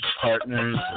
partners